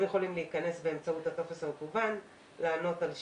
הם יכולים להיכנס באמצעות הטופס המקוון ולענות על שאלות.